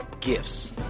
Gifts